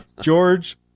George